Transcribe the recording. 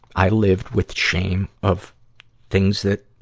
i lived with shame of things that,